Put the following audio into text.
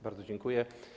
Bardzo dziękuję.